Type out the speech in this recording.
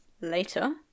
later